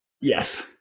Yes